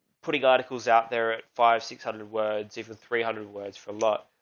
putting articles out there at five, six hundred words. if a three hundred words for lot,